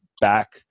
back